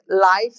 life